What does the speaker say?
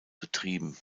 betrieben